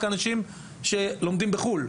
הכוונה היא רק לספורטאים שלומדים בחו"ל.